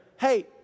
Hey